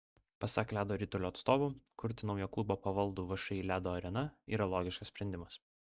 pasak ledo ritulio atstovų kurti naują klubą pavaldų všį ledo arena yra logiškas sprendimas